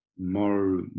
more